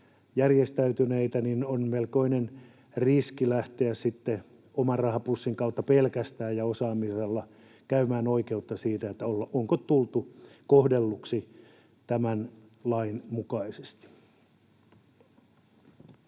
järjestäytyneitä, on melkoinen riski lähteä sitten pelkästään oman rahapussin kautta ja osaamisella käymään oikeutta siitä, onko tullut kohdelluksi tämän lain mukaisesti.